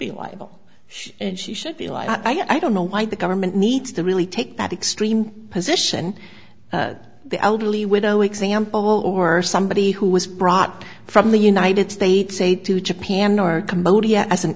be liable and she should be like i don't know why the government needs to really take that extreme position that the elderly widow example or somebody who was brought from the united states a to japan or